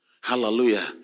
Hallelujah